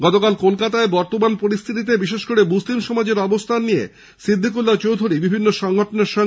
গতকাল কলকাতায় বর্তমান পরিস্থিতিতে বিশেষ করে মুসলিম সমাজের অবস্থান নিয়ে সিদ্দিকুল্লাহ চৌধুরী বিভিন্ন সংগঠনের সঙ্গে বৈঠকে বসেন